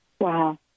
Wow